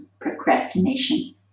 procrastination